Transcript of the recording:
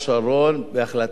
גם במקרה הזה,